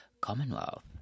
Commonwealth